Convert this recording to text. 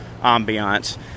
ambiance